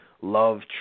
love